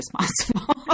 responsible